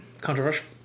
controversial